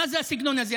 מה זה הסגנון הזה?